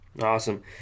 Awesome